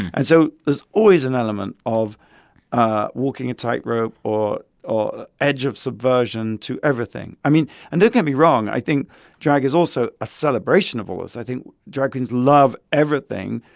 and so there's always an element of ah walking a tightrope or or edge of subversion to everything. i mean and don't get me wrong, i think drag is also a celebration of all this. i think drag queens love everything.